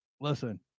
listen